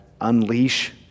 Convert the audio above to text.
unleash